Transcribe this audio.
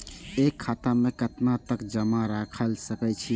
एक खाता में केतना तक जमा राईख सके छिए?